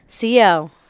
co